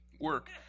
work